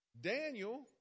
Daniel